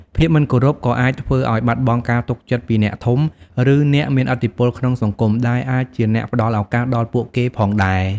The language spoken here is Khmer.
ភាពមិនគោរពក៏អាចធ្វើឲ្យបាត់បង់ការទុកចិត្តពីអ្នកធំ ឬអ្នកមានឥទ្ធិពលក្នុងសង្គម ដែលអាចជាអ្នកផ្ដល់ឱកាសដល់ពួកគេផងដែរ។